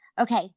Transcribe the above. Okay